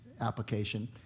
application